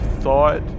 thought